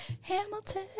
Hamilton